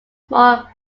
small